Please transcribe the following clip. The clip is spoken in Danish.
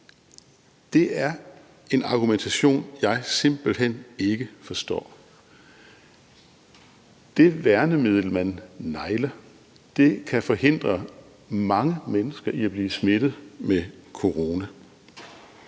Det er en argumentation, jeg simpelt hen ikke forstår. Det værnemiddel, man negler, kan forhindre mange mennesker i at blive smittet med corona.